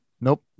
Nope